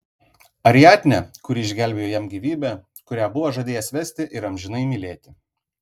ariadnę kuri išgelbėjo jam gyvybę kurią buvo žadėjęs vesti ir amžinai mylėti